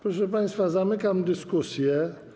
Proszę państwa, zamykam dyskusję.